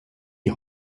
die